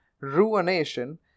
ruination